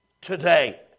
today